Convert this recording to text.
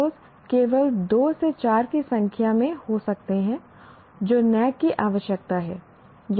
PSOs केवल 2 से 4 की संख्या में हो सकते हैं जो NAAC की आवश्यकता है